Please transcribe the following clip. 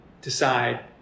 decide